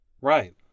Right